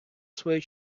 своєю